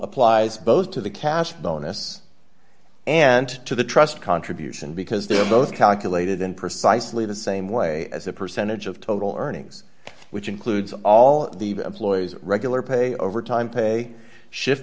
applies both to the cash bonus and to the trust contribution because they are both calculated in precisely the same way as a percentage of total earnings which includes all the employees regular pay overtime pay shift